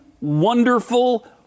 wonderful